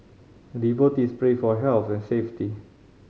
devotees pray for health and safety